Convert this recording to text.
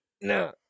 no